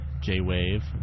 J-Wave